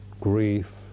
grief